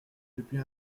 depuis